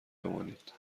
بمانید